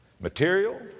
Material